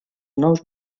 nous